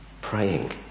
praying